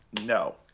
No